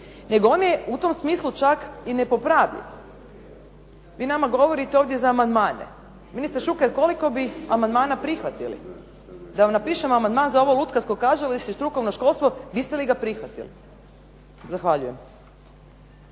nego on je u tom smislu čak i nepopravljiv. Vi nama govorite ovdje za amandmane. Ministre Šuker, koliko bi amandmana prihvatili? Da vam napišem amandman za ovo lutkarsko kazalište i strukovno školstvo biste li ga prihvatili? Zahvaljujem.